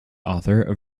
author